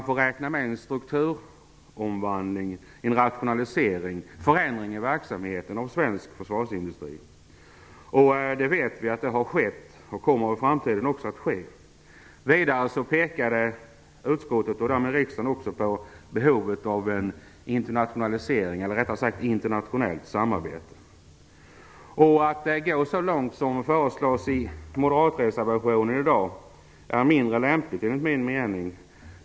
Vi vet att det har skett och i framtiden också kommer att ske. Vidare pekade utskottet och riksdagen på behovet av ett internationellt samarbete. Att gå så långt som i dag föreslås i den moderata reservationen är enligt min mening mindre lämpligt.